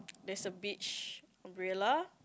there's a beach umbrella